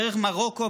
דרך מרוקו,